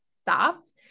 stopped